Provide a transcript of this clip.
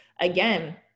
again